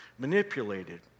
manipulated